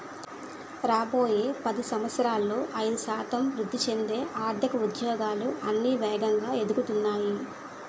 రాబోయే పది సంవత్సరాలలో ఐదు శాతం వృద్ధి చెందే ఆర్థిక ఉద్యోగాలు అన్నీ వేగంగా ఎదుగుతున్నాయి